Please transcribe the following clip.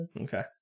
Okay